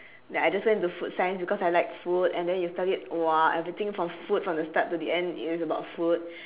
like I just went into food science because I like food and then you studied !wah! everything from food from the start to the end it is about food